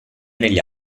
negli